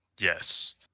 Yes